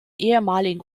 ehemaligen